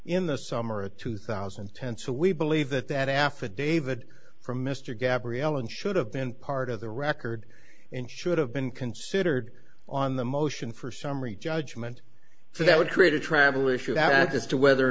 in the summer of two thousand and ten so we believe that that affidavit from mr gabrielle and should have been part of the record in should have been considered on the motion for summary judgment for that would create a travel issue that is to whether or